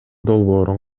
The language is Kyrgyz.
долбоорун